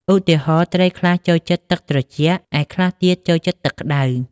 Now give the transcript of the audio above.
ឧទាហរណ៍ ត្រីខ្លះចូលចិត្តទឹកត្រជាក់ ឯខ្លះទៀតចូលចិត្តទឹកក្តៅ។